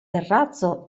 terrazzo